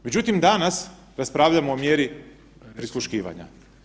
Međutim, danas raspravljamo o mjeri prisluškivanja.